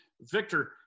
Victor